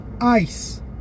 ICE